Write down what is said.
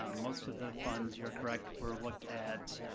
um most of the funds, you are correct, were looked at,